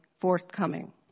forthcoming